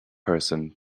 person